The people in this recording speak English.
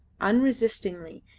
unresistingly,